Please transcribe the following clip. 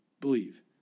believe